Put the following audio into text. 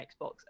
Xbox